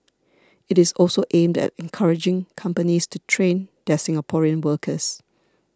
it is also aimed at encouraging companies to train their Singaporean workers